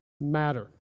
matter